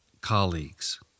colleagues